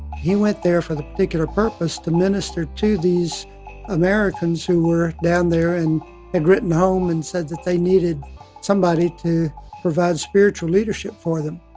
he went there for the particular purpose to minister to these americans who were down there and had written home and said that they needed somebody to provide spiritual leadership for them.